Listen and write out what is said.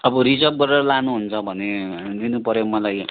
अब रिजर्भ गरेर लानुहुन्छ भने दिनुपऱ्यो मलाई